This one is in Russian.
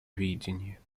видения